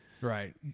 Right